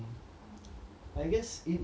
I guess eight years old